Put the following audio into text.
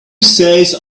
says